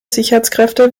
sicherheitskräfte